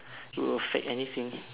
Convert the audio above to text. will affect anything